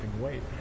weight